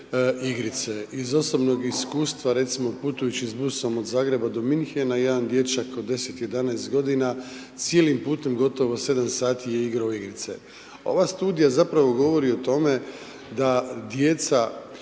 Iz osobnog iskustva, recimo putujući s busom od Zagreba do Munchena, jedan dječak od 10, 11 godina cijelim putem gotovo 7 sati je igrao igrice. Ova studija zapravo govori o tome da djeca